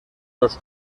los